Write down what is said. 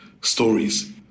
stories